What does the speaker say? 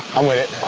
i'm wit it.